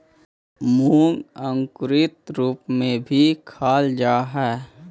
मूंग अंकुरित रूप में भी खाल जा हइ